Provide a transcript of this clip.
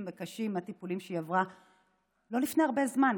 וקשים מהטיפולים שהיא עברה לפני לא הרבה זמן,